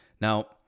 Now